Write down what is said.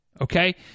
Okay